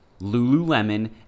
Lululemon